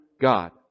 God